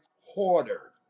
hoarder